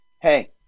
Hey